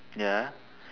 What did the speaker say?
ya